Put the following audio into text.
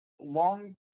long